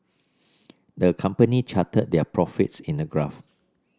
the company charted their profits in a graph